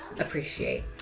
appreciate